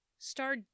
Star